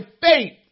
faith